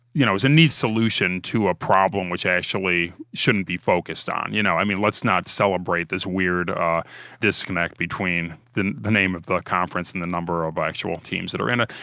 you know it was a neat solution to a problem which actually shouldn't be focused on. you know i mean let's not celebrate this weird disconnect between the the name of the conference and the number of actual teams that are in ah